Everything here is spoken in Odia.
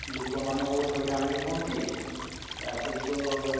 ଲୋକମାନେ ବହୁତ ହଇରାଣ ବି ହୁଅନ୍ତି ତା' ସହିତ